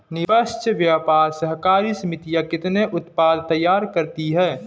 निष्पक्ष व्यापार सहकारी समितियां कितने उत्पाद तैयार करती हैं?